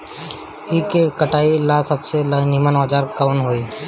ईख के कटाई ला सबसे नीमन औजार कवन होई?